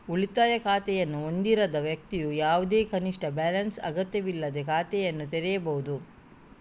ಉಳಿತಾಯ ಖಾತೆಯನ್ನು ಹೊಂದಿರದ ವ್ಯಕ್ತಿಯು ಯಾವುದೇ ಕನಿಷ್ಠ ಬ್ಯಾಲೆನ್ಸ್ ಅಗತ್ಯವಿಲ್ಲದೇ ಖಾತೆಯನ್ನು ತೆರೆಯಬಹುದು